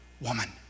woman